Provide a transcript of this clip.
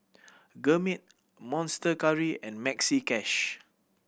Gourmet Monster Curry and Maxi Cash